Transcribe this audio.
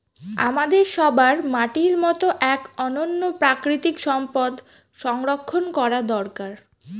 আমাদের সবার মাটির মতো এক অনন্য প্রাকৃতিক সম্পদ সংরক্ষণ করা দরকার